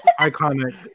iconic